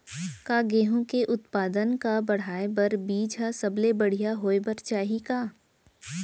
का गेहूँ के उत्पादन का बढ़ाये बर बीज ह सबले बढ़िया होय बर चाही का?